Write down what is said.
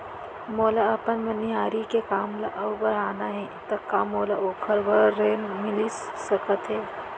मोला अपन मनिहारी के काम ला अऊ बढ़ाना हे त का मोला ओखर बर ऋण मिलिस सकत हे?